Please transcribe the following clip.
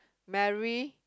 Mary